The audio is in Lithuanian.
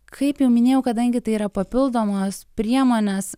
kaip jau minėjau kadangi tai yra papildomos priemonės